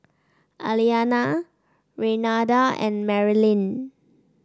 Aliana Renada and Marylin